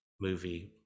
movie